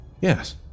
Yes